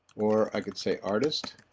or, i can say artist